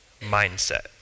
mindset